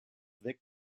vic